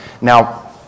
Now